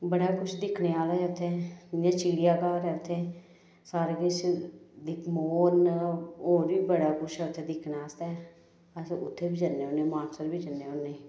बड़ा कुछ दिक्खने आह्ला उत्थें जियां चिड़ियाघर ऐ उत्थें सारा किश मोर न होर बी बड़ा कुछ ऐ उत्थें दिक्खने आस्तै अस उत्थें बी जन्ने होन्ने मानसर बी जन्ने होन्ने